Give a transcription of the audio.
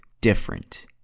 different